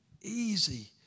easy